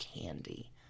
candy